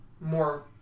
more